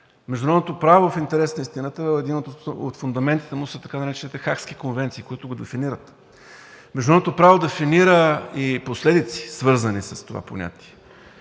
международното право в интерес на истината едни от фундаментите му са така наречените хагски конвенции, които го дефинират. Международното право дефинира и последици, свързани с това понятие.